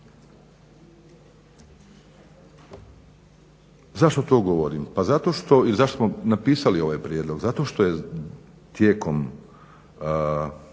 Zašto to govorim? Zašto smo napisali ovaj prijedlog? Zato što je tijekom